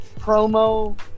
promo